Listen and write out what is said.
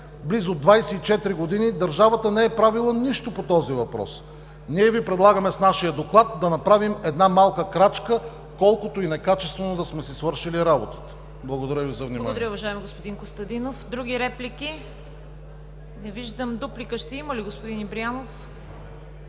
близо 24 години държавата не е правила нищо по този въпрос. Ние Ви предлагаме с нашия Доклад да направим една малка крачка, колкото и некачествено да сме си свършили работата. Благодаря за вниманието. ПРЕДСЕДАТЕЛ ЦВЕТА КАРАЯНЧЕВА: Благодаря, уважаеми господин Костадинов. Други реплики? Не виждам. Дуплика ще има ли, господин Ибрямов?